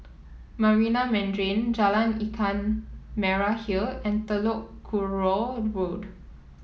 Marina Mandarin Jalan Ikan Merah Hill and Telok Kurau Road